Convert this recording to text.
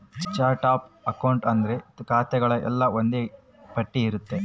chart of account ಅಂದ್ರೆ ಖಾತೆಗಳು ಎಲ್ಲ ಒಂದ್ ಪಟ್ಟಿ ಇರುತ್ತೆ